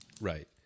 Right